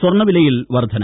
സ്വർണ്ണവിലയിൽ വർദ്ധന